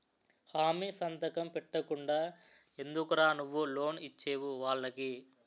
హామీ సంతకం పెట్టకుండా ఎందుకురా నువ్వు లోన్ ఇచ్చేవు వాళ్ళకి